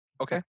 Okay